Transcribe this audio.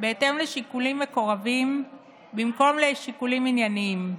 בהתאם לשיקולי מקורבים במקום לשיקולים עניינים,